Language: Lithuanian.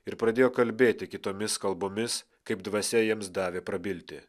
ir pradėjo kalbėti kitomis kalbomis kaip dvasia jiems davė prabilti